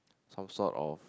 some sort of